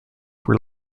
were